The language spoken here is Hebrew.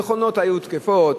המכונות היו תקפות,